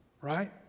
right